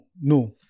no